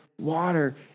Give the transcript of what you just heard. water